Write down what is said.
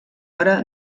hora